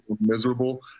miserable